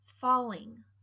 falling